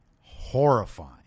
Horrifying